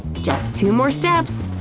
just two more steps,